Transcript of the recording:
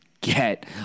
get